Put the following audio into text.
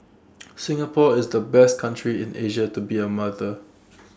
Singapore is the best country in Asia to be A mother